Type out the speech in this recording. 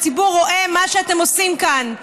והציבור רואה מה אתם עושים כאן,